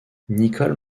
nicole